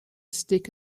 stick